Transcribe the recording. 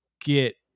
get